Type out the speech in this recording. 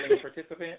participant